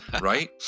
Right